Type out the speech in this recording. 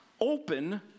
open